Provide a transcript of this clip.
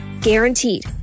Guaranteed